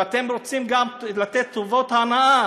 ואתם רוצים לתת טובות הנאה